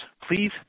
Please